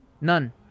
none